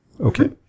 Okay